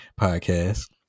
podcast